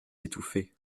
étouffée